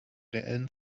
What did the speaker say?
reellen